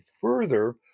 further